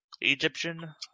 Egyptian